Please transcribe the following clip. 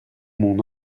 mon